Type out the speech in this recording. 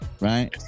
Right